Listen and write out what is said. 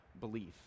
belief